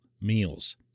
meals